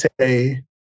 say